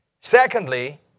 secondly